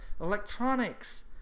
electronics